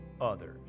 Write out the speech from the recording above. others